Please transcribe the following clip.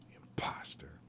Imposter